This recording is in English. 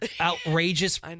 outrageous